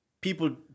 people